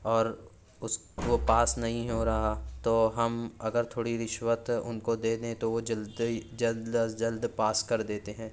اور اس وہ پاس نہیں ہو رہا تو ہم اگر تھوڑی رشوت ان کو دے دیں تو وہ جلدی جلد از جلد پاس کر دیتے ہیں